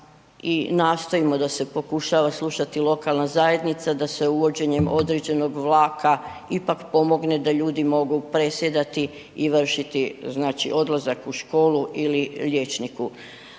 i nastojimo da se pokušava slušati lokalna zajednica, da se uvođenjem određenog vlaka ipak pomogne da ljudi mogu presjedati i vršiti znači odlazak u školu ili liječniku.